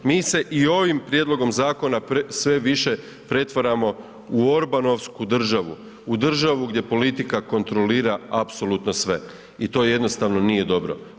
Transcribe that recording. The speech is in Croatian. Mi se i ovim prijedlogom zakona, sve više pretvaramo u Orbanovsku državu, u državu gdje politika kontrolira apsolutno sve i to jednostavno nije dobro.